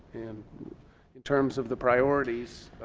and in terms of the priorities,